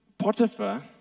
Potiphar